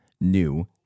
new